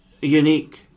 unique